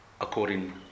according